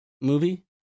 movie